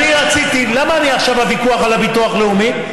למה אני עכשיו בוויכוח על הביטוח הלאומי?